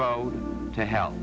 road to hel